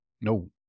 no